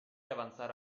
avanzare